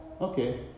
Okay